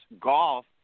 Golf